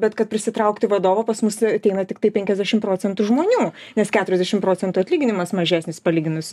bet kad prisitraukti vadovą pas mus ateina tiktai penkiasdešim procentų žmonių nes keturiasdešim procentų atlyginimas mažesnis palyginus